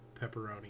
pepperoni